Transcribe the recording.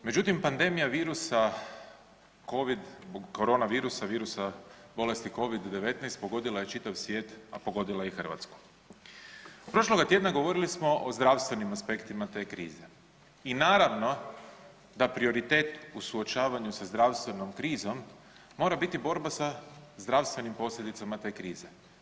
Međutim, pandemija virusa covid, zbog korona virusa, virusa bolesti covid-19 pogodila je čitav svijet, a pogodila je i Hrvatsku, prošloga tjedna govorili smo o zdravstvenim aspektima te krize i naravno da prioritet u suočavanju sa zdravstvenom krizom mora biti borba sa zdravstvenim posljedicama te krize.